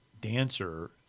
dancer